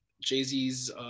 Jay-Z's